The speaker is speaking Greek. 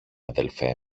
αδελφέ